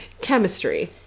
Chemistry